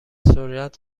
سرعت